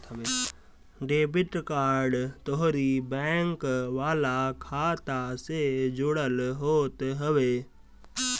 debit card तोहरी bank वाला खाता से जुड़ल होत हवे